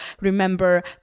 remember